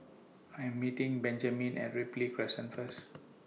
I Am meeting Benjamine At Ripley Crescent First